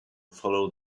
follow